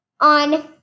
on